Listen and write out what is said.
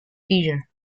beer